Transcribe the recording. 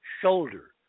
shoulder